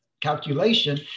calculation